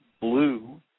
blue